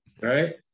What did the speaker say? Right